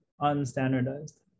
unstandardized